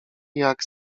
jak